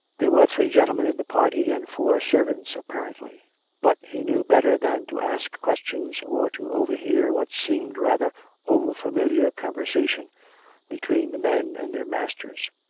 there were three gentlemen in the party, and four servants apparently but he knew better than to ask questions or to overhear what seemed rather over-familiar conversation between the men and their masters.